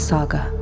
Saga